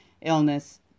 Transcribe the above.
illness